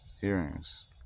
hearings